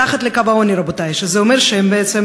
מתחת לקו העוני, רבותי, זה אומר שבעצם